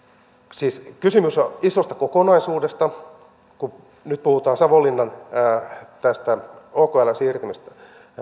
siis kysymys on isosta kokonaisuudesta kun nyt puhutaan savonlinnan okln siirtymisestä